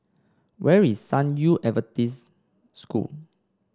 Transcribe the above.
where is San Yu Adventist School